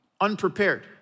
Unprepared